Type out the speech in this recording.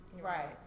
Right